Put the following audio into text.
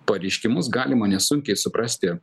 pareiškimus galima nesunkiai suprasti